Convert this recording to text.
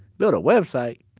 build a website?